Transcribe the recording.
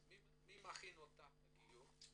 אז מי מכין אותם לגיור?